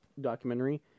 documentary